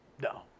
No